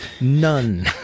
none